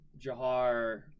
Jahar